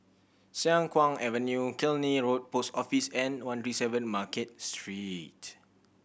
Siang Kuang Avenue Killiney Road Post Office and one three seven Market Street